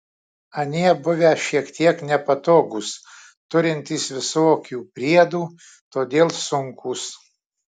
anie buvę šiek tiek nepatogūs turintys visokių priedų todėl sunkūs